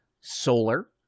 solar